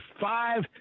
five